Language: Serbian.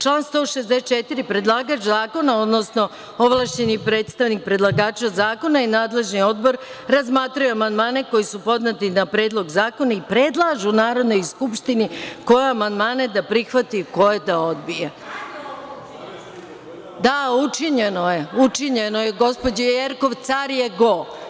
Član 164. predlagač zakona, odnosno ovlašćeni predstavnik predlagača zakona i nadležni odbor razmatraju amandmane koji su podneti na Predlog zakona i predlažu Narodnoj skupštini koje amandmane da prihvati, koje da odbije. (Aleksandra Jerkov: Kad je ovo učinjeno.) Da, učinjeno je, gospođo Jerkov, car je go.